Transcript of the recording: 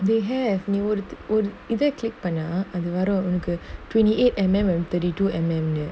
they have நீ:nee oruth~ ஒரு இத:oru itha click பன்னா அது வரு ஒனக்கு:pannaa athu varu onaku twenty eight M_M thirty two M_M ன்னு:nu